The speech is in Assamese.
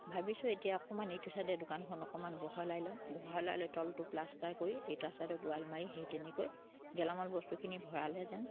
ভাবিছোঁ এতিয়া অকমান এইটো ছাইডে দোকানখন অকমান বহলাই ল'ম বহলাই লৈ তলটো প্লাষ্টাৰ কৰি এটা ছাইডত ৱাল মাৰি সেই তেনেকৈ গেলামাল বস্তুখিনি ভৰালে যেন